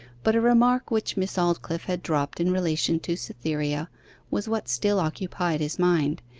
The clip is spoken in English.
but a remark which miss aldclyffe had dropped in relation to cytherea was what still occupied his mind,